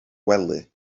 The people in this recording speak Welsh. wely